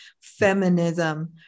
feminism